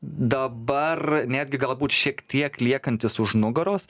dabar netgi galbūt šiek tiek liekantis už nugaros